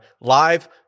live